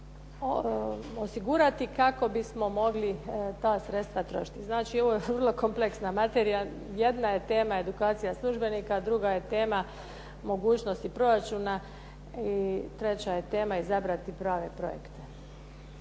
osigurati kako bismo mogli ta sredstva trošiti. Znači, ovo je vrlo kompleksna materija. Jedna je tema edukacija službenika a druga je tema mogućnosti proračuna, i treća je tema izabrati prave projekte.